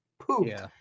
pooped